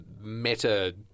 meta